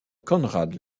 conrad